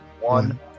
one